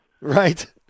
Right